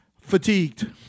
fatigued